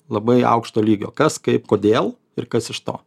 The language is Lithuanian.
labai aukšto lygio kas kaip kodėl ir kas iš to